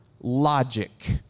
logic